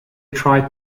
tried